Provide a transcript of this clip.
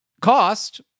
cost